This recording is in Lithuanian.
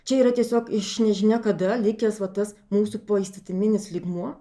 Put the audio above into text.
čia yra tiesiog iš nežinia kada likęs va tas mūsų poįstatyminis lygmuo